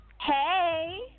hey